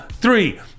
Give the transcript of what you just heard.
three